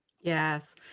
Yes